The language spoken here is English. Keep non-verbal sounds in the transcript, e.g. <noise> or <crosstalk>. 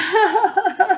<laughs>